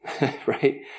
Right